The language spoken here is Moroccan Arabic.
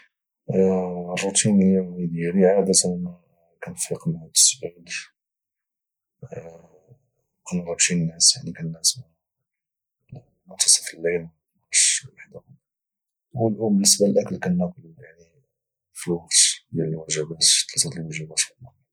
روتين اليومي ديالي عاده انا ما كانفيق مع 9 نرجع للناس مع منتصف ديال الليل الوحده وبالنسبه كناكل في الوقت الوجبات ثلاثه ديال الوجبات في النهار